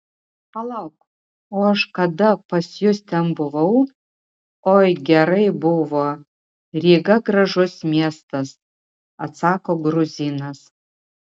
palauk o aš kada pas jus ten buvau oi gerai buvo ryga gražus miestas atsako gruzinas